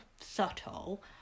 subtle